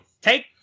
Take